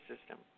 system